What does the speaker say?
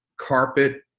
carpet